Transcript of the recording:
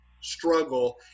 struggle